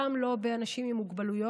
גם לא באנשים עם מוגבלויות.